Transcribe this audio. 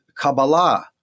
Kabbalah